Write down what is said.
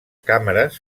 càmeres